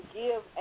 give